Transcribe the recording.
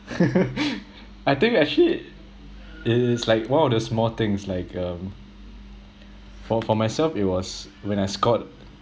I think actually it is like one of the small things like um for for myself it was when I scored